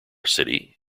city